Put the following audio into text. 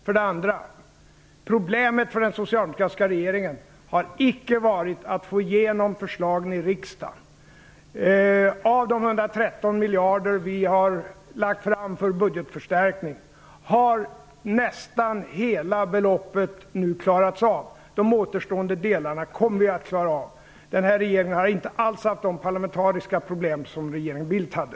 För det andra: Problemet för den socialdemokratiska regeringen har icke varit att få igenom förslagen i riksdagen. Av de av oss förslagna 113 miljarderna som budgetförstärkning har nästan hela beloppet nu klarats av. De återstående delarna kommer vi att klara av. Denna regering har inte alls haft de parlamentariska problem som regeringen Bildt hade.